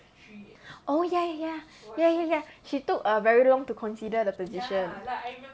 orh ya ya ya ya ya ya she took err very long to consider the position